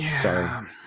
Sorry